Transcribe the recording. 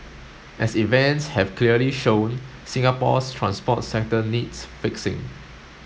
as events have clearly shown Singapore's transport sector needs fixing